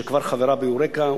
שכבר חברה ב"יוריקה",